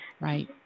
Right